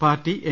party N